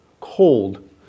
cold